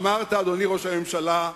אמרת, אדוני ראש הממשלה,